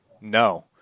No